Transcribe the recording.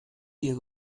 dir